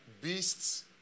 beasts